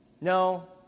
No